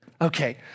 Okay